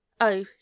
Oh